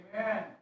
Amen